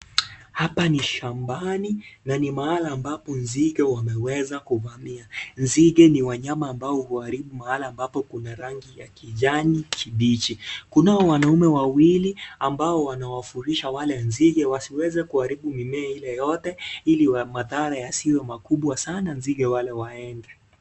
Hapa ni shambani. Na ni mahala ambapo nzige wameweza kuvamia. Nzige ni wanyama ambao uharibu mahala ambapo kuna rangi ya kijani kibichi. Kunao wanaume wawili, ambao wanaowafulisha wale nzige, wasiweze kuharibu mimea ile yote, ili madhara yasiwe makubwa sana, nzige wale waende.